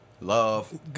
Love